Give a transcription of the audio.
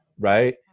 right